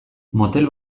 motel